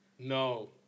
No